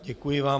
Děkuji vám.